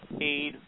aid